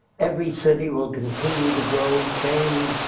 every city will continue to grow, change,